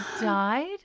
died